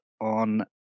on